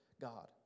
God